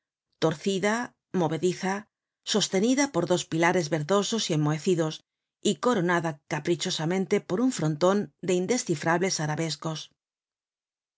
torcida movediza sostenida por dos pilares verdosos y enmohecidos y coronada caprichosamente por un fronton de indescifrables arabescos